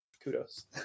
kudos